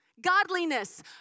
godliness